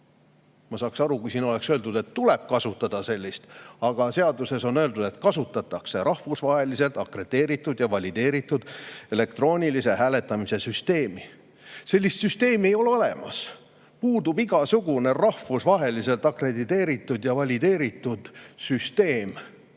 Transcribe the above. Ma saaks aru, kui siin oleks öeldud, et sellist tuleb kasutada, aga seaduses on öeldud, et kasutatakse rahvusvaheliselt akrediteeritud ja valideeritud elektroonilise hääletamise süsteemi. Sellist süsteemi ei ole olemas. Puudub igasugune rahvusvaheliselt akrediteeritud ja valideeritud süsteem.